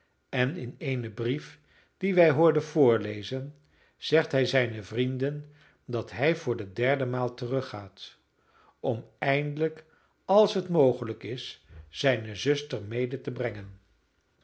en in eenen brief dien wij hoorden voorlezen zegt hij zijnen vrienden dat hij voor de derde maal teruggaat om eindelijk als het mogelijk is zijne zuster mede te brengen